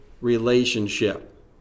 relationship